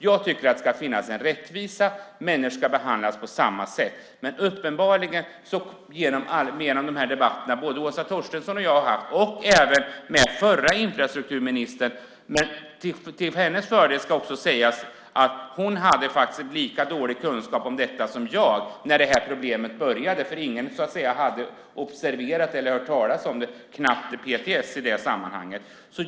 Jag tycker att det ska finnas en rättvisa. Människor ska behandlas på samma sätt. Det här har blivit uppenbart genom de debatter som Åsa Torstensson och jag har fört och även i dem jag förde med förra infrastrukturministern. Men till hennes försvar kan sägas att hon hade lika dålig kunskap om detta som jag när problemet började. Ingen hade observerat eller hört talas om det. Det var knappt så att PTS hade gjort det.